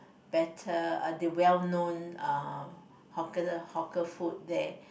better uh the well known uh hawker hawker food there